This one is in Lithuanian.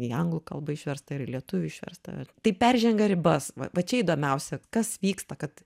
į anglų kalbą išversta ir lietuvių išversta tai peržengia ribas va čia įdomiausia kas vyksta kad